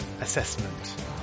assessment